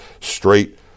straight